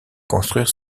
construire